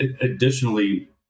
Additionally